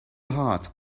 hot